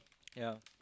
yep